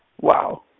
Wow